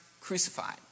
crucified